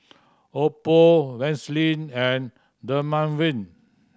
Oppo Vaselin and Dermaveen